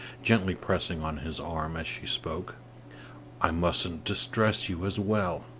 gently pressing on his arm as she spoke i mustn't distress you as well.